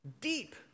Deep